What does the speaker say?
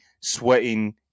sweating